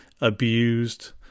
abused